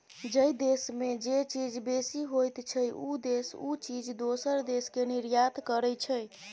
जइ देस में जे चीज बेसी होइ छइ, उ देस उ चीज दोसर देस के निर्यात करइ छइ